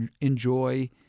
enjoy